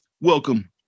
welcome